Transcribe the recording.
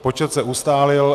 Počet se ustálil.